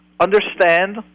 understand